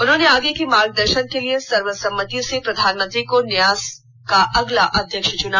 उन्होंने आगे के मार्गदर्शन के लिए सर्वसम्मति से प्रधानमंत्री को न्यास का अगला अध्यक्ष चूना